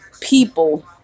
people